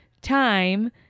time